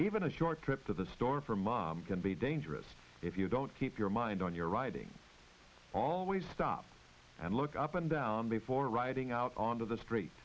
even a short trip to the store for mom can be dangerous if you don't keep your mind on your riding always stop and look up and down before riding out onto the street